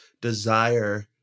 desire